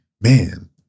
man